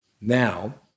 now